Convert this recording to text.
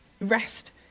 rest